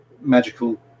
magical